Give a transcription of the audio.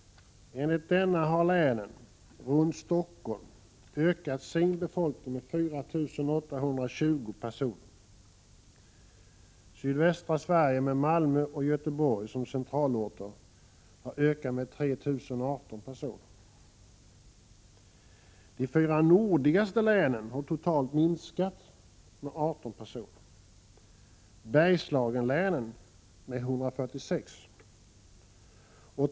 Enligt denna statistik har länen runt Stockholm ökat sin befolkning med 4 820 personer. Sydvästra Sverige, med Malmö och Göteborg som centralorter, har ökat med 3 018 personer. De fyra nordligaste länen har totalt minskat med 18 personer. Bergslagslänen har minskat med 146 personer.